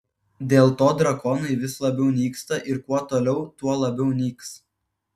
dėl to drakonai vis labiau nyksta ir kuo toliau tuo labiau nyks